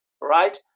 right